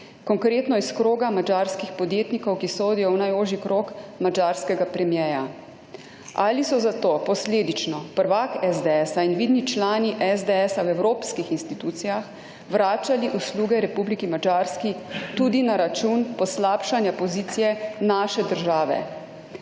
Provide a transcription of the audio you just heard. Konkretno iz kroga madžarskih podjetnikov, ki sodijo v najožji krog madžarskega premierja. Ali so zato posledično prvak SDS-a in vidni člani SDS-a v evropskih institucijah vračali usluge Republiki Madžarski tudi na račun poslabšanja pozicije naše države.